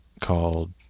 called